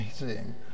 amazing